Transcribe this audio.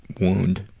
wound